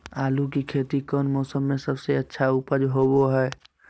आलू की खेती कौन मौसम में सबसे अच्छा उपज होबो हय?